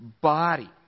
body